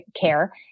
care